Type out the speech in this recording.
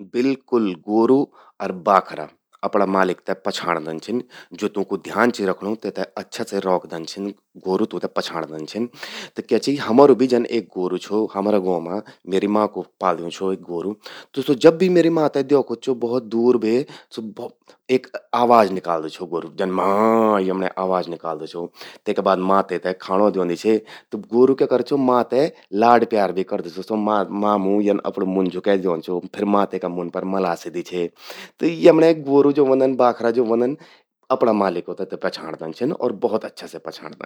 बिल्कुल...ग्वोरु अर बाखरा अपणां मालिक ते पछांणदन छिन। ज्वो तूंकू ध्यान चि रौखणूं, तेते अच्छा से रौखदन छिन, ग्वोरु तूंते पछाणदन छिन। त क्या चि कि हमरु भि एक ग्वोरु छो हमरा गौं मां। मां कू पाल्यूं छो एक ग्वोरु। स्वो जब भी म्येरि मां ते द्योखद छो भौत दूर बे, त एक आवाज निकाल्द छो ग्वोरू। जन मां...यमण्यें आवाज निकलदु छो। तेका बाद मां तेते खाणों द्योंदि छे। त ग्वोरु क्या करदू छो, स्वो मां ते लाड प्यार भी करद छो। मां मूं यन करी ते अपणूं मुन झुके द्योंद छो, फिर मां तेकू मुन मलासदि छे। त यमण्यें ग्वोरु अर बाखरा ज्वो ह्वोंदन, सि अपणां मालिक ते पछाणदन छिन और भौत अच्छा से पछांणदन।